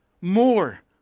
More